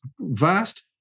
vast